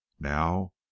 now